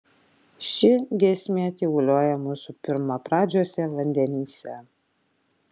ši giesmė tyvuliuoja mūsų pirmapradžiuose vandenyse